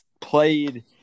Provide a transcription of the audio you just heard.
played